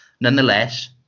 Nonetheless